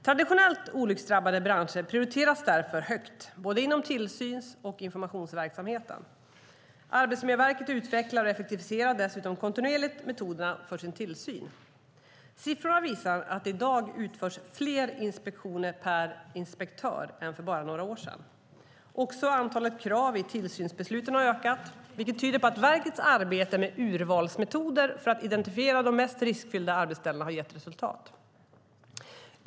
Traditionellt olycksdrabbade branscher prioriteras därför högt, inom både tillsyns och informationsverksamheten. Arbetsmiljöverket utvecklar och effektiviserar dessutom kontinuerligt metoderna för sin tillsyn. Siffrorna visar att det i dag utförs fler inspektioner per inspektör än för bara några år sedan. Också antalet krav i tillsynsbesluten har ökat, vilket tyder på att verkets arbete med urvalsmetoder för att identifiera de mest riskfyllda arbetsställena har gett resultat.